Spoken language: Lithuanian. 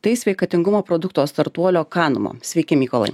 tai sveikatingumo produkto startuolio kanumo sveiki mykolai